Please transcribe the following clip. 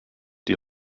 die